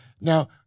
Now